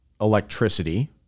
electricity –